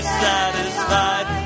satisfied